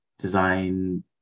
design